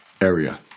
area